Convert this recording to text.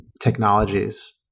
technologies